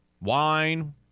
wine